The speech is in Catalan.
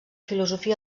filosofia